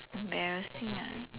embarrassing ah